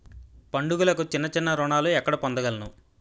పండుగలకు చిన్న చిన్న రుణాలు ఎక్కడ పొందగలను?